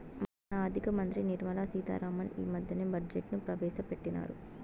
మన ఆర్థిక మంత్రి నిర్మలా సీతా రామన్ ఈ మద్దెనే బడ్జెట్ ను ప్రవేశపెట్టిన్నారు